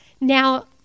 Now